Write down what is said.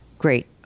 great